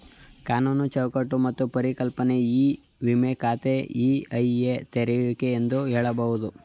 ಕಾನೂನು ಚೌಕಟ್ಟು ಮತ್ತು ಪರಿಕಲ್ಪನೆ ಇ ವಿಮ ಖಾತೆ ಇ.ಐ.ಎ ತೆರೆಯುವಿಕೆ ಎಂದು ಹೇಳಬಹುದು